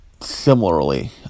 similarly